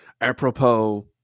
apropos